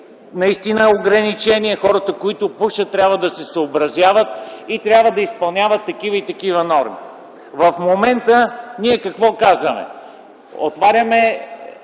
Наистина е ограничение – хората, които пушат, трябва да се съобразяват, че трябва да изпълняват такива и такива норми”. В момента ние какво казваме? Затваряме